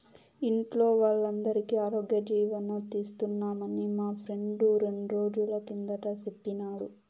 ఇంట్లో వోల్లందరికీ ఆరోగ్యజీవని తీస్తున్నామని మా ఫ్రెండు రెండ్రోజుల కిందట సెప్పినాడు